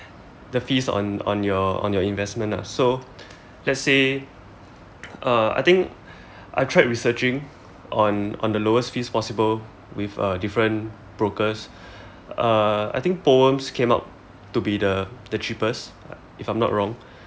the fees on on your on your investment lah so let's say uh I think I tried researching on on the lowest fees possible with uh different brokers uh I think poems came out to be the the cheapest if I'm not wrong